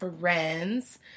friends